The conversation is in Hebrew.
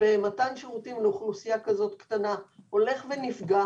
במתן שירותים לאוכלוסייה כזאת קטנה הולך ונפגע,